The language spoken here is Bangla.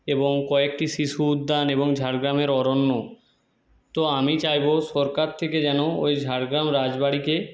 এবং কয়েকটি শিশু উদ্যান এবং ঝাড়গ্রামের অরণ্য তো আমি চাইবো সরকার থেকে যেন ওই ঝাড়গ্রাম রাজবাড়িকে